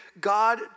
God